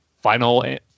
final